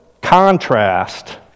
contrast